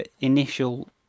initial